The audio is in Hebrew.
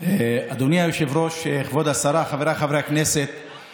אדוני היושב-ראש, כבוד השרה, חבריי חברי הכנסת,